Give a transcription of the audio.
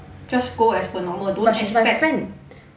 but she's my friend